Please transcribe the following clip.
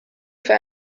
für